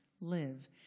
live